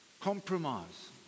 Compromise